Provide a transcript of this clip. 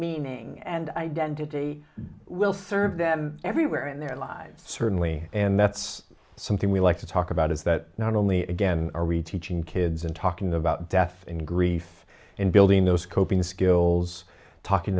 meaning and identity will serve them everywhere in their lives certainly and that's something we like to talk about is that not only again are we teaching kids and talking about death and grief and building those coping skills talking